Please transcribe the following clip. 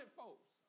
folks